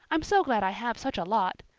i'm so glad i have such a lot.